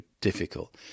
difficult